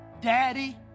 Daddy